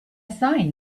sign